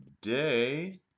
today